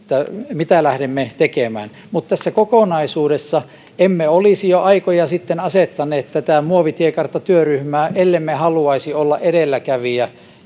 mitä lähdemme tekemään mutta tässä kokonaisuudessa emme olisi jo aikoja sitten asettaneet tätä muovitiekarttatyöryhmää ellemme haluaisi olla edelläkävijä